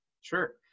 Sure